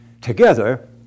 Together